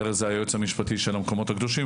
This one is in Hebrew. ארז הוא היועץ המשפטי של המקומות הקדושים,